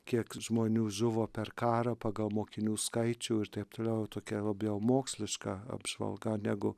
kiek žmonių žuvo per karą pagal mokinių skaičių ir taip toliau tokia labiau moksliška apžvalga negu